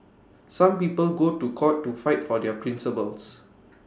some people go to court to fight for their principles